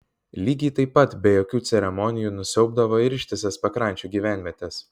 lygiai taip pat be jokių ceremonijų nusiaubdavo ir ištisas pakrančių gyvenvietes